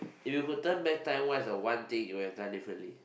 if you could turn back time what is the one thing you would have done differently